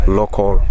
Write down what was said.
local